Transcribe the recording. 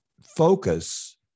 focus